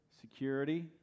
Security